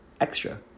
extra